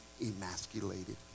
emasculated